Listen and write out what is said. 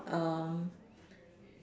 err